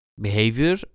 behavior